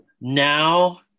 now